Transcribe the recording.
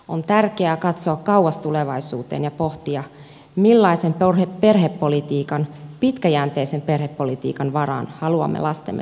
on tärkeää katsoa kauas tulevaisuuteen ja pohtia millaisen perhepolitiikan pitkäjänteisen perhepolitiikan varaan haluamme lastemme tulevaisuutta rakentaa